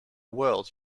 world